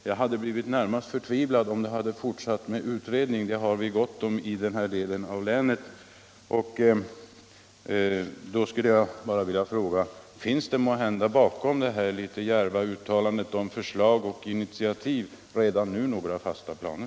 Jag hade blivit närmast förtvivlad om man hade fortsatt med utredning — det har vi gott om i den här delen av landet. Nr 33 Jag vill fråga: Finns det måhända bakom detta litet djärva uttalande i SEE Torsdagen den om förslag och initiativ redan nu några fasta planer?